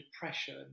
depression